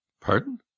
pardon